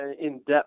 in-depth